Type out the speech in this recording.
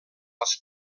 als